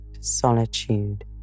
solitude